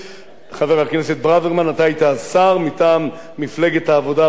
אתה היית אז שר מטעם מפלגת העבודה בממשלה שאתה נלחם נגדה היום,